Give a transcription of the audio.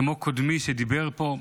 כמו קודמי שדיבר פה,